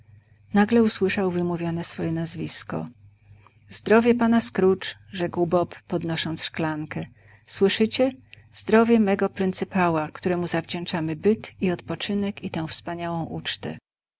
nagle usłyszał wymówione swoje nazwisko zdrowie pana scrooge rzekł bob podnosząc szklankę słyszycie zdrowie mego pryncypała któremu zawdzięczamy byt i odpoczynek i tę wspaniałą ucztę